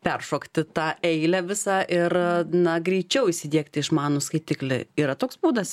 peršokti tą eilę visą ir na greičiau įsidiegti išmanų skaitiklį yra toks būdas